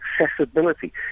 accessibility